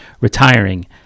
retiring